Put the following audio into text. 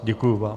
Děkuji vám.